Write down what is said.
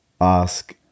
ask